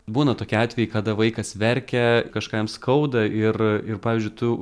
būna tokie atvejai kada vaikas verkia kažką jam skauda ir ir pavyzdžiui tu